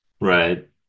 right